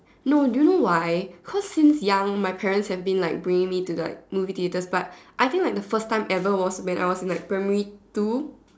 no do you know why cause since young my parents have been like bringing me to like movie theatres but I think like the first time ever was when I was in like primary two